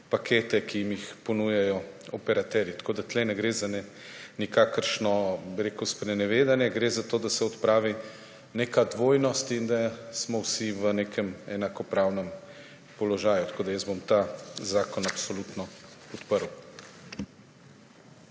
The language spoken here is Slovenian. pakete, ki jim jih ponujajo operaterji. Tako da tukaj ne gre za nikakršno sprenevedanje, gre za to, da se odpravi neka dvojnost in da smo vsi v nekem enakopravnem položaju. Jaz bom ta zakon absolutno podprl.